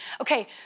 Okay